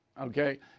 okay